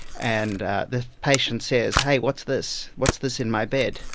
and the patient says, hey, what's this? what's this in my bed?